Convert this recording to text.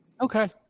Okay